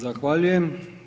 Zahvaljujem.